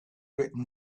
written